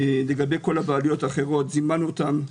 לגבי כל הבעלויות הקרובות זימנו אותם,